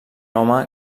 home